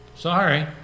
Sorry